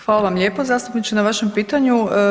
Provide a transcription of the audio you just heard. Hvala vam lijepo zastupniče na vašem pitanju.